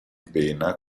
pena